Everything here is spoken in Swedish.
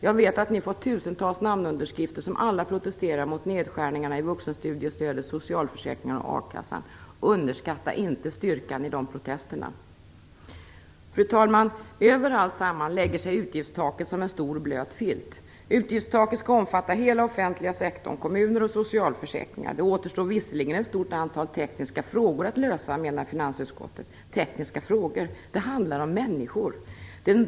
Jag vet att de fått tusentals namnunderskrifter från människor som protesterar mot nedskärningen i vuxenstudiestödet, socialförsäkringarna och a-kassan. Underskatta inte styrkan i de protesterna! Fru talman! Över alltsammans lägger sig utgiftstaket som en stor, blöt filt. Utgiftstaket skall omfatta hela den offentliga sektorn, kommuner och socialförsäkringar. Det enda som återstår är att lösa ett stort antal tekniska frågor, menar finansutskottet. Tekniska frågor - det handlar om människor!